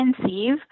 conceive